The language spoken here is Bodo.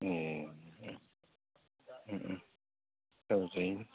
ए औ जायो